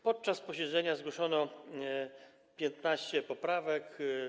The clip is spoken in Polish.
Podczas posiedzenia zgłoszono 15 poprawek.